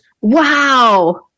Wow